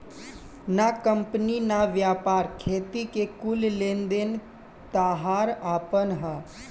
ना कंपनी ना व्यापार, खेती के कुल लेन देन ताहार आपन ह